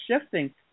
shifting